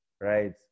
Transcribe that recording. right